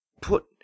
put